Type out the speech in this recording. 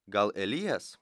gal elijas